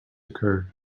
occur